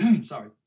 sorry